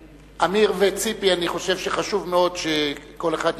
עמיר וציפי, אני חושב שחשוב מאוד שכל אחד יצביע,